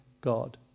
God